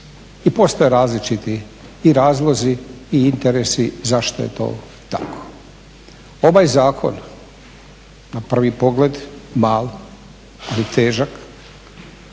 I postoje različiti i razlozi i interesi zašto je to tako. Ovaj zakon na prvi pogled mal, ali težak